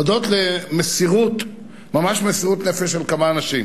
הודות למסירות נפש ממש של כמה אנשים,